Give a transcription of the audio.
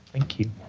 thank you.